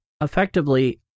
effectively